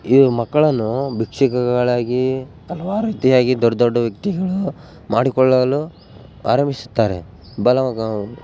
ಇವು ಮಕ್ಕಳನ್ನು ಬಿಕ್ಷುಕಗಳಾಗಿ ಹಲವಾರು ರೀತಿಯಾಗಿ ದೊಡ್ಡ ದೊಡ್ಡ ವ್ಯಕ್ತಿಗಳು ಮಾಡಿಕೊಳ್ಳಲು ಆರಂಭಿಸುತ್ತಾರೆ ಬಲವಾಗಿ